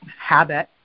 habit